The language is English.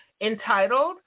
entitled